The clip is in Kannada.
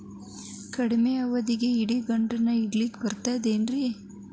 ಕಡಮಿ ಅವಧಿಗೆ ಇಡಿಗಂಟನ್ನು ಇಡಲಿಕ್ಕೆ ಬರತೈತೇನ್ರೇ?